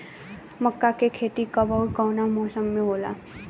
मका के खेती कब ओर कवना मौसम में होला?